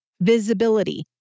Visibility